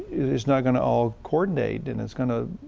it's not going to all coordinate and it's going to,